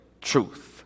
truth